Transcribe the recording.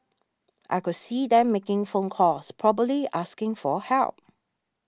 I could see them making phone calls probably asking for help